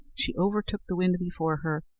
she overtook the wind before her,